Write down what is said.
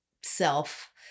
self